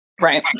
Right